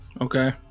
Okay